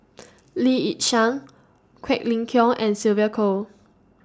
Lee Yi Shyan Quek Ling Kiong and Sylvia Kho